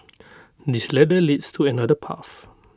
this ladder leads to another path